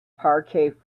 parquet